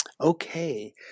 Okay